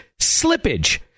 slippage